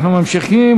אנחנו ממשיכים.